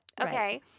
Okay